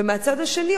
ומהצד השני,